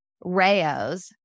Rayo's